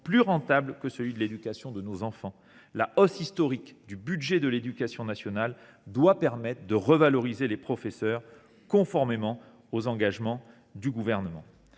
plus rentable que l’éducation de nos enfants. La hausse historique de ce budget doit permettre de revaloriser les professeurs, conformément aux engagements du Gouvernement.